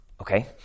Okay